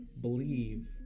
believe